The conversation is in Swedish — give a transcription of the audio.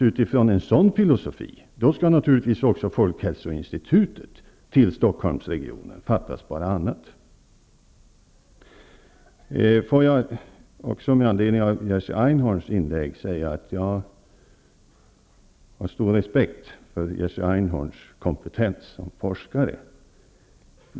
Utifrån en sådan filosofi skall naturligtvis även folkhälsoinstitutet förläggas till Stockholmsregionen, fattas bara annat. Med anledning av Jerzy Einhorns inlägg vill jag säga att jag har stor respekt för hans kompetens som forskare.